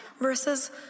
versus